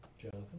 Jonathan